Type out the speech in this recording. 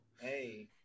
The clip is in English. Hey